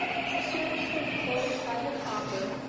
she soon stood close by the copper,